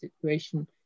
situation